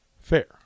Fair